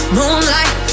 moonlight